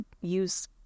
use